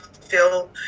feel